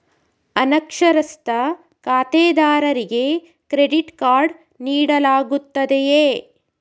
ಅನಕ್ಷರಸ್ಥ ಖಾತೆದಾರರಿಗೆ credit card ನೀಡಲಾಗುತ್ತದೆಯೇ?